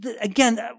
again